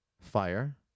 fire